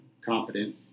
competent